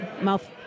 mouth